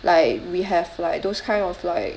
like we have like those kind of like